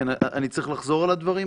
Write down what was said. אני צריך לחזור על הדברים,